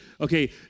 Okay